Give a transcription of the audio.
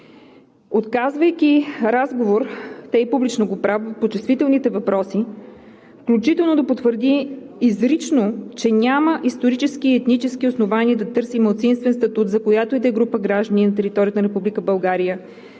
отказвайки разговор, те и публично го правят, по чувствителните въпроси, включително да потвърди изрично, че няма исторически и етнически основания да търси малцинствен статут, за която и да е група граждани на територията на